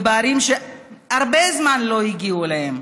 ובערים שהרבה זמן לא הגיעו אליהן.